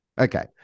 Okay